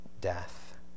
death